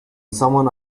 someone